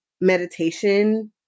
meditation